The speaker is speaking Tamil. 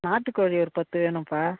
நாட்டுக்கோழி ஒரு பத்து வேணும்ப்பா